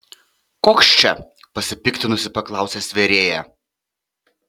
koks čia pasipiktinusi paklausė svėrėja